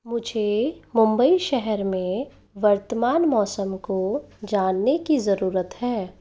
मुझे मुंबई शहर में वर्तमान मौसम को जानने की ज़रूरत है